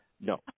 no